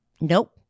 Nope